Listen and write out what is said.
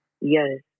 yes